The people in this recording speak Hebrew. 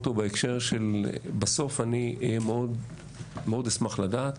בסוף אני מאוד אשמח לדעת